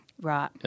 Right